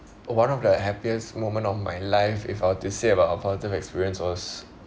one of the happiest moment of my life if I were to say about a positive experience was